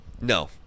no